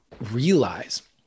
realize